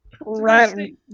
right